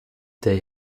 they